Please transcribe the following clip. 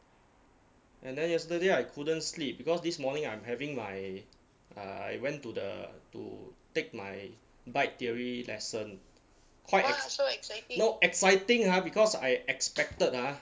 and then yesterday I couldn't sleep because this morning I'm having my uh I went to the to take my bike theory lesson quite ex~ no exciting ah because I expected ah